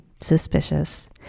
suspicious